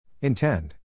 Intend